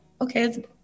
okay